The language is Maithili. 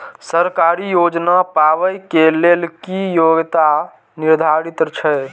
सरकारी योजना पाबे के लेल कि योग्यता निर्धारित छै?